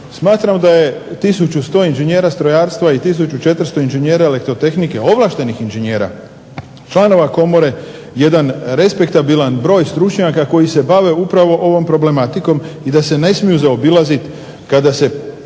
Smatram da je tisuću sto inžinjera strojarstva i tisuću 400 inžinjera elektrotehnike, ovlaštenih inžinjera članova komore jedan respektabilan broj stručnjaka koji se bave upravo ovom problematikom i da se ne smiju zaobilaziti kada se